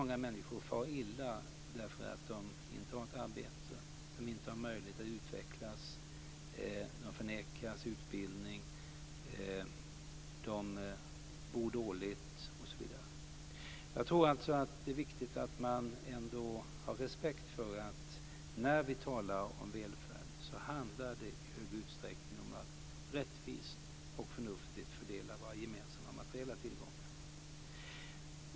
Många människor far illa därför att de inte har ett arbete, därför att de inte har möjlighet att utvecklas. De förnekas utbildning, de bor dåligt osv. När vi talar om välfärd tror jag alltså att det är viktigt att man ändå har respekt för att det i stor utsträckning handlar om att rättvist och förnuftigt fördela våra materiella tillgångar.